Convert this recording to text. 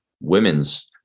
women's